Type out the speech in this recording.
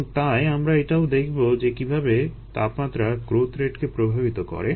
এবং তাই আমরা এটাও দেখবো যে কীভাবে তাপমাত্রা গ্রোথ রেটকে প্রভাবিত করে